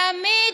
לא נכון.